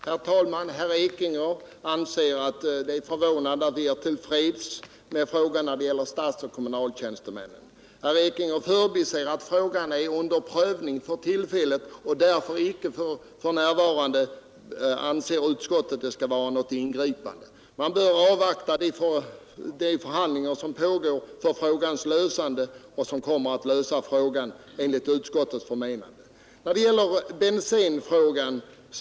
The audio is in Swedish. Herr talman! Herr Ekinge är förvånad över att vi är till freds när det gäller frågan om statsoch kommunaltjänstemännen. Han förbiser att frågan är under prövning för tillfället. Därför anser utskottet att det för närvarande icke skall göras något ingripande. Man bör avvakta de förhandlingar som pågår för frågans lösning och som enligt utskottets förmenande kommer att lösa frågan.